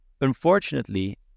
unfortunately